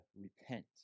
repent